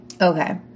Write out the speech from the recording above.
Okay